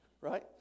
Right